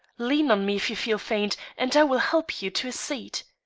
lean on me if you feel faint, and i will help you to a seat.